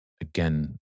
again